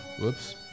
whoops